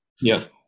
Yes